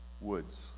woods